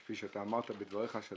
כפי שאתה אמרת בדבריך,